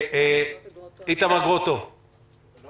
אתה